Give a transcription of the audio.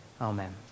amen